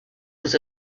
was